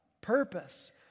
purpose